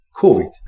COVID